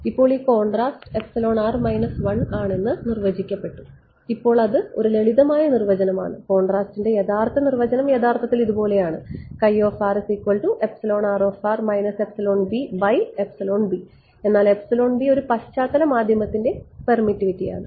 ഇപ്പോൾ ഈ കോൺട്രാസ്റ്റ് ആണെന്ന് നിർവചിക്കപ്പെട്ടു ഇപ്പോൾ അത് ഒരു ലളിതമായ നിർവചനമാണ് കോൺട്രാസ്റ്റിന്റെ യഥാർത്ഥ നിർവചനം യഥാർത്ഥത്തിൽ ഇതുപോലെയാണ് എന്നാൽ ഒരു പശ്ചാത്തല മാധ്യമത്തിന്റെ പെർമിറ്റിവിറ്റിയാണ്